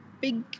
big